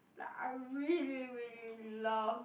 like I really really love